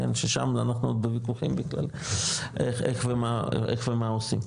ששם אנחנו עוד בוויכוחים של איך ומה עושים,